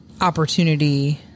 opportunity